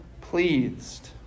pleased